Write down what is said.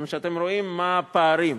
ואתם רואים מה הפערים.